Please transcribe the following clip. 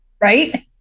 right